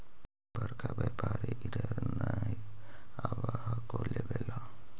बड़का व्यापारि इधर नय आब हको लेबे ला?